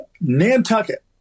Nantucket